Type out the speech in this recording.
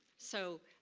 so,